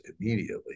immediately